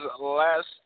Last